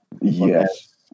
Yes